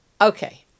Okay